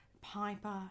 piper